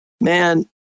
man